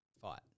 fight